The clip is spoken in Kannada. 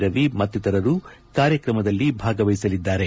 ರವಿ ಮತ್ತಿತರರು ಕಾರ್ಯಕ್ರಮದಲ್ಲಿ ಭಾಗವಹಿಸಲಿದ್ದಾರೆ